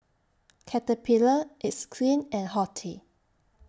Caterpillar It's Skin and Horti